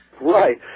right